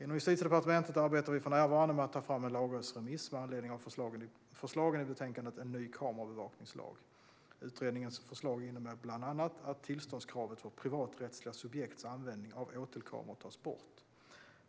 Inom Justitiedepartementet arbetar vi för närvarande med att ta fram en lagrådsremiss med anledning av förslagen i betänkandet En ny kamera bevakningslag . Utredningens förslag innebär bland annat att tillståndskravet för privaträttsliga subjekts användning av åtelkameror tas bort.